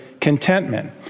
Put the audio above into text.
contentment